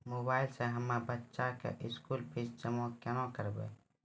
Mobile से हम्मय बच्चा के स्कूल फीस जमा केना करबै?